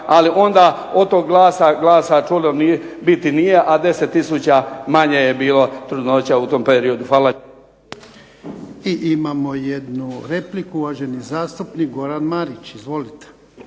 Ali onda od toga glasa čulo biti nije, a 10 tisuća manje je bilo trudnoća u tom periodu. Hvala lijepo. **Jarnjak, Ivan (HDZ)** I imamo jednu repliku, uvaženi zastupnik Goran Marić. Izvolite.